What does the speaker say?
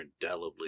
indelibly